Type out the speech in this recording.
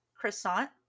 croissant